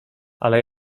ale